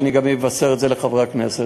אני אבשר את זה גם לחברי הכנסת.